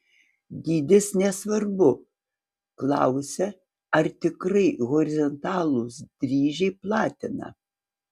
dydis nesvarbu klausia ar tikrai horizontalūs dryžiai platina